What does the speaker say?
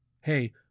Hey